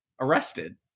arrested